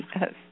Yes